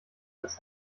als